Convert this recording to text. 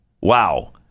Wow